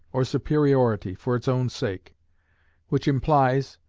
or superiority, for its own sake which implies,